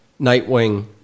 Nightwing